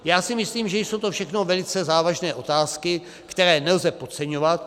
Já si myslím, že jsou to všechno velice závažné otázky, které nelze podceňovat.